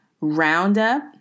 roundup